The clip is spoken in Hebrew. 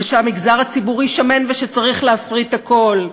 ושהמגזר הציבורי שמן ושצריך להפריט הכול,